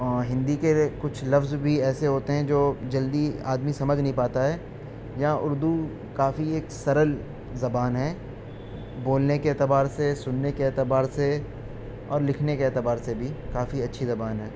ہندی کے کچھ لفظ بھی ایسے ہوتے ہیں جو جلدی آدمی سمجھ نہیں پاتا ہے جہاں اردو کافی ایک سرل زبان ہے بولنے کے اعتبار سے سننے کے اعتبار سے اور لکھنے کے اعتبار سے بھی کافی اچھی زبان ہے